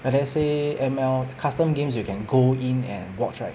like let's say M_L custom games you can go in and watch right